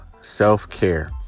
self-care